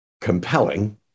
compelling